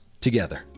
together